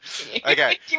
Okay